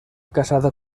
casada